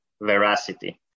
veracity